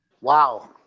Wow